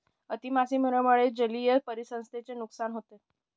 अति मासेमारीमुळे जलीय परिसंस्थेचे नुकसान होते